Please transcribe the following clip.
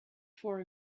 for